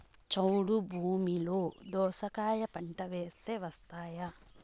చౌడు భూమిలో దోస కాయ పంట వేస్తే వస్తాయా?